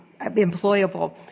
employable